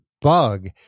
bug